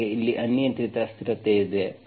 ಹಾಗಾಗಿ ಇಲ್ಲಿ ಅನಿಯಂತ್ರಿತ ಸ್ಥಿರತೆ ಇದೆ